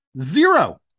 Zero